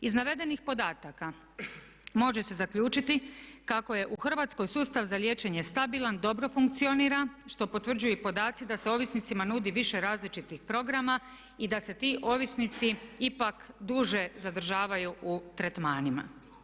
Iz navedenih podataka može se zaključiti kako je u Hrvatskoj sustav za liječenje stabilan, dobro funkcionira što potvrđuju i podaci da se ovisnicima nudi više različitih programa i da se ti ovisnici ipak duže zadržavaju u tretmanima.